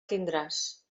tindràs